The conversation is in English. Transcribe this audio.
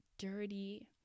dirty